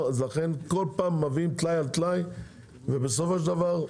בכל פעם מביאים טלאי על טלאי ובסופו של דבר,